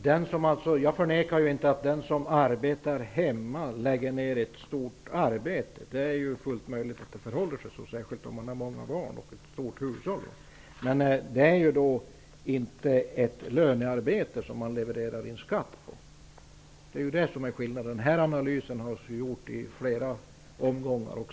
Herr talman! Jag förnekar inte att den som arbetar hemma lägger ner ett stort arbete. Det är fullt möjligt att det förhåller sig så, särskilt om man har många barn och ett stort hushåll. Men det är inte ett lönearbete som man levererar in skatt på. Det är det som är skillnaden. Denna analys har gjorts i flera omgångar.